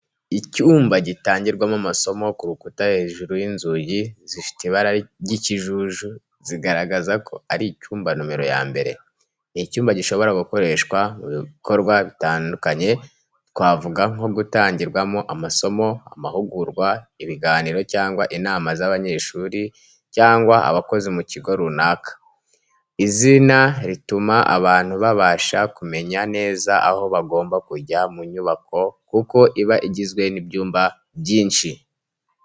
Icyumba gitangirwamo amasomo, ku rukuta hejuru y’inzugi zifite ibara ry'ikijuju zigaragaza ko ari icyumba nomero ya mbere. Ni icyumba gishobora gukoreshwa mu bikorwa bitandukanye, twavuga nko gutangirwamo amasomo, amahugurwa, ibiganiro cyangwa inama z’abanyeshuri cyangwa abakozi mu kigo runaka. Izina rituma abantu babasha kumenya neza aho bagomba kujya mu nyubako kuko iba igizwe n’ibyumba byinshi.